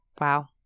Wow